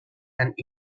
and